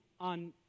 on